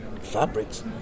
fabrics